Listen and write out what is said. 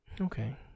okay